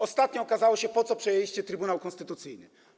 Ostatnio okazało się, po co przejęliście Trybunał Konstytucyjny.